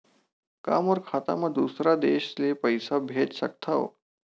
का मोर खाता म दूसरा देश ले पईसा भेज सकथव?